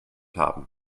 haben